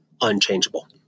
unchangeable